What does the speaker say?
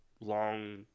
long